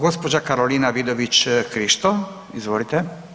Gospođa Karolina Vidović Krišto, izvolite.